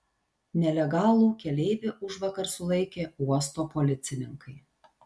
nelegalų keleivį užvakar sulaikė uosto policininkai